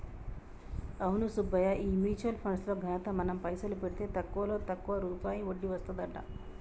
అవును సుబ్బయ్య ఈ mutual funds లో ఘనత మనం పైసలు పెడితే తక్కువలో తక్కువ రూపాయి వడ్డీ వస్తదంట